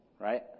right